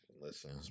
Listen